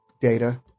data